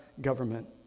government